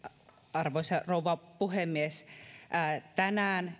arvoisa rouva puhemies tänään